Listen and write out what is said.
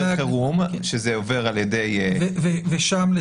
חירום --- ושם,